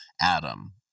Adam